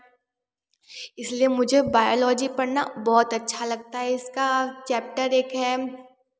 इसलिए मुझे बायोलॉजी पढ़ना बहुत अच्छा लगता है इसका चैप्टर एक है